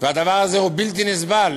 והדבר הזה הוא בלתי נסבל.